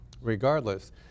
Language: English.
regardless